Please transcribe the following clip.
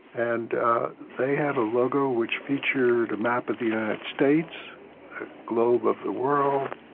and they had a logo which featured a map of the united states, a globe of the world,